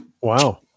Wow